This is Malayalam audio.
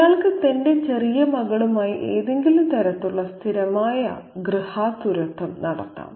അയാൾക്ക് തന്റെ ചെറിയ മകളുമായി ഏതെങ്കിലും തരത്തിലുള്ള സ്ഥിരമായ ഗൃഹാതുരത്വം നടത്താം